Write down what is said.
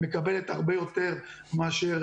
מקבלת הרבה יותר מאשר